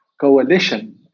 coalition